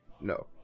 No